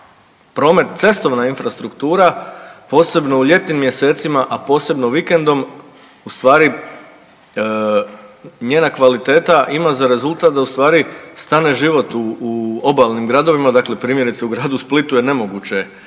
promet, cestovna infrastruktura, posebno u ljetnim mjesecima, a posebno vikendom ustvari njena kvaliteta ima za rezultat da ustvari stane život u obalnim gradovima dakle primjerice u gradu Splitu je nemoguće